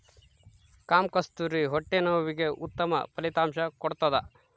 ಕಾಮಕಸ್ತೂರಿ ಹೊಟ್ಟೆ ನೋವಿಗೆ ಉತ್ತಮ ಫಲಿತಾಂಶ ಕೊಡ್ತಾದ